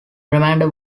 remainder